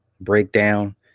breakdown